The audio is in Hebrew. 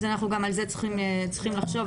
אז גם על זה אנחנו צריכים לחשוב,